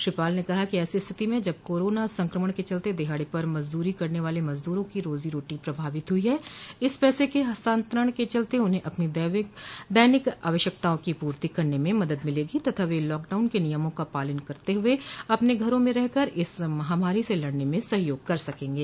श्री पाल ने कहा कि ऐसी स्थिति मे जब कोरोना संक्रमण के चलते देहाड़ी पर मजदूरी करने वाले मजदूरों की रोजी रोटी प्रभावित हुई है इस पैसे के हस्तानान्तरण के चलते उन्हें अपनी दैनिक आवश्यकताओं की पूर्ति करने में मदद मिलेगी तथा वे लॉकडाउन के नियमों का पालन करते हुए अपने घरों में रहकर इस महामारी से लड़ने में सहयोग कर सर्के गे